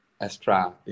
extra